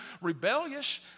rebellious